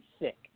sick